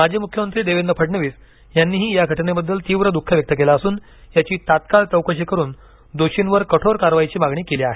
माजी मुख्यमंत्री देवेंद्र फडणवीस यांनीही या घटनेबद्दल तीव्र दुःख व्यक्त केल असून याची तत्काळ चौकशी करून दोषींवर कठोर कारवाईची मागणी केली आहे